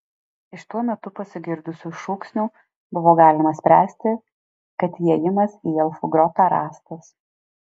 iš tuo metu pasigirdusių šūksnių buvo galima spręsti kad įėjimas į elfų grotą rastas